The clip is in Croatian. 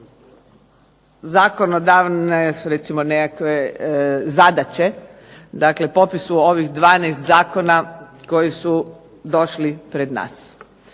zakonodavne recimo nekakve zadaće. Dakle, popisu ovih 12 zakona koji su došli pred nas.